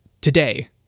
today